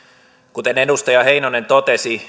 kuten edustaja heinonen totesi